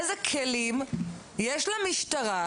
איזה כלים יש למשטרה